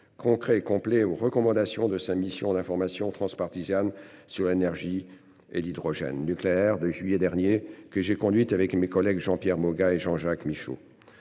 concret et complet aux recommandations de sa mission d'information transpartisane sur NRJ et l'hydrogène nucléaire de juillet dernier que j'ai conduite avec mes collègues Jean-Pierre Moga et Jean-Jacques Michau.